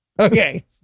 Okay